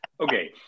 Okay